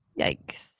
Yikes